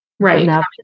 right